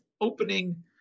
opening